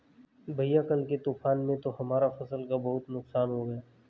भैया कल के तूफान में तो हमारा फसल का बहुत नुकसान हो गया